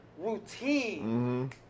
routine